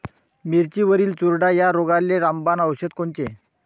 मिरचीवरील चुरडा या रोगाले रामबाण औषध कोनचे?